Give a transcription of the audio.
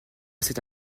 cette